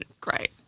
great